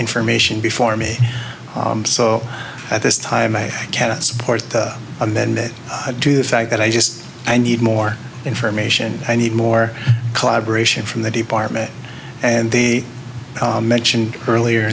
information before me so at this time i cannot support a man that i do the fact that i just i need more information i need more collaboration from the department and the mentioned earlier